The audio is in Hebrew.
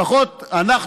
לפחות אנחנו,